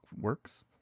works